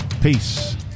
peace